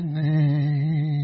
name